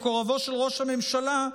מקורבו של ראש הממשלה,